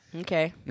Okay